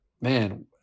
man